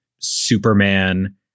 Superman